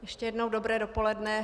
Ještě jednou dobré dopoledne.